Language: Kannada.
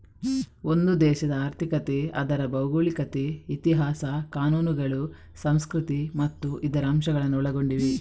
ಒಂದು ದೇಶದ ಆರ್ಥಿಕತೆ ಅದರ ಭೌಗೋಳಿಕತೆ, ಇತಿಹಾಸ, ಕಾನೂನುಗಳು, ಸಂಸ್ಕೃತಿ ಮತ್ತು ಇತರ ಅಂಶಗಳನ್ನ ಒಳಗೊಂಡಿದೆ